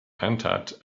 entered